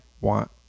want